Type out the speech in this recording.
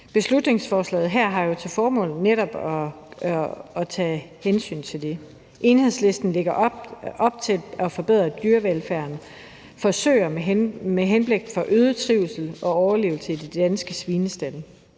Beslutningsforslaget her har jo til formål netop at tage hensyn til det. Enhedslisten lægger op til at forbedre dyrevelfærden for søer med henblik på øget trivsel og overlevelse i de danske svinestalde.